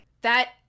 That-